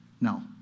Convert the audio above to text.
No